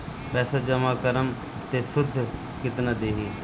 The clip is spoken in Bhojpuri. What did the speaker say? पैसा जमा करम त शुध कितना देही?